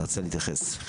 רצית להתייחס.